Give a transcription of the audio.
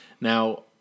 Now